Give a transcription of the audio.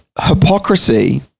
hypocrisy